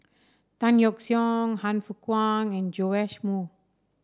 Tan Yeok Seong Han Fook Kwang and Joash Moo